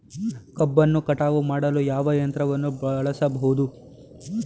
ಕಬ್ಬನ್ನು ಕಟಾವು ಮಾಡಲು ಯಾವ ಯಂತ್ರವನ್ನು ಬಳಸಬಹುದು?